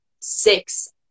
six